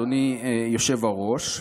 אדוני היושב-ראש,